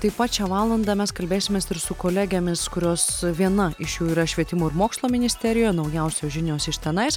taip pat šią valandą mes kalbėsimės ir su kolegėmis kurios su viena iš jų yra švietimo ir mokslo ministerijoj naujausios žinios iš tenais